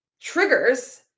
triggers